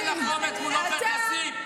אין לך אומץ מול עופר כסיף.